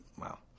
Wow